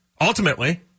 Ultimately